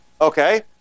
Okay